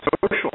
social